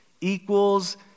equals